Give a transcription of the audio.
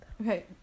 Okay